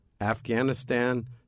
Afghanistan